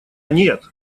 нет